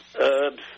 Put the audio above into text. herbs